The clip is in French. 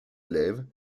élèves